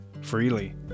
freely